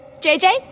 JJ